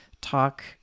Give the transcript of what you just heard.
talk